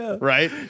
right